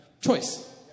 choice